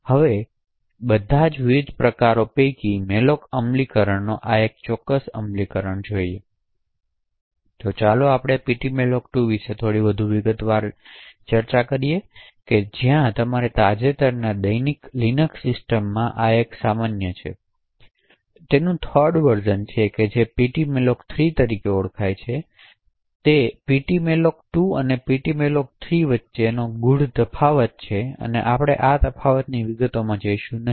હવે બધાઆ વિવિધ પ્રકારો પૈકી malloc અમલીકરણએક ચોક્કસ અમલીકરણ જોઇયે તો ચાલો આપણે ptmalloc2 વિશે થોડી વધુ વિગતવાર નોંધ લઈએ કે જ્યારે તાજેતરના દૈનિક લિનક્સ સિસ્ટમોમાં આ એકદમ સામાન્ય છે 3rd વર્ઝન જે ptmalloc3 તરીકે ઓળખાય છે ત્યાં ptmalloc2 અને ptmalloc3 વચ્ચેના ગૂઢ તફાવત છે અને આપણે આ તફાવતોની વિગતોમાં જઈશું નહીં